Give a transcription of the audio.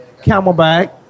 Camelback